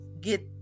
get